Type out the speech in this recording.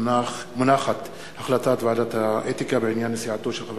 החלטת ועדת האתיקה בעניין נסיעתו של חבר